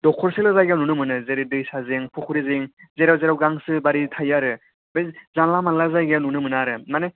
दखरसेल' जायगायाव नुनो मोनो जेरै दैसा जिं फुख्रि जिं जेराव जेराव गांसो बारि थायो आरो बे जानला मानला जायगायाव नुनो मोना आरो